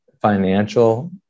financial